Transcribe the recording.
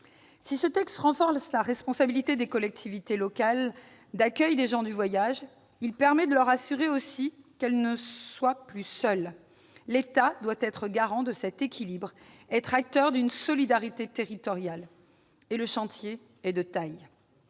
Si ce texte renforce la responsabilité des collectivités locales en termes d'accueil des gens du voyage, il permet de leur assurer aussi qu'elles ne sont pas seules. L'État doit être garant de cet équilibre et acteur d'une solidarité territoriale. Le chantier est de taille